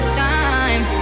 time